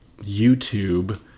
YouTube